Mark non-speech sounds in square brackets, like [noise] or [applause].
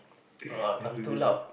[breath] that's the difference